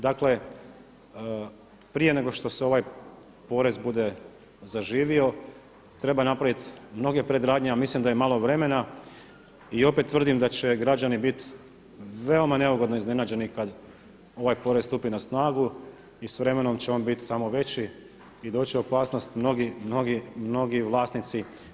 Dakle, prije nego što se ovaj porez bude zaživio, treba napraviti mnoge predradnje, a mislim da je malo vremena i opet tvrdim da će građani biti veoma neugodno iznenađeni kada ovaj porez stupi na snagu i s vremenu će on biti samo veći i doći se u opasnost mnogi, mnogi vlasnici.